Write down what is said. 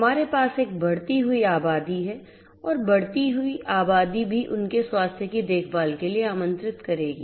हमारे पास एक बढ़ती हुई आबादी है और बढ़ती आबादी भी उनके स्वास्थ्य की देखभाल के लिए आमंत्रित करेगी